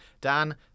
Dan